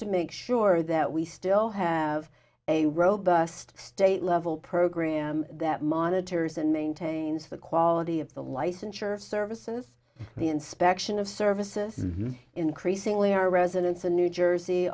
to make sure that we still have a robust state level program that monitors and maintains the quality of the licensure services the inspection of services increasingly our residents in new jersey